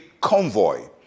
convoy